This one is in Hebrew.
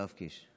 יואב קיש.